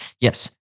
Yes